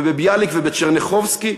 בביאליק ובטשרניחובסקי,